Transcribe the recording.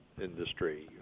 industry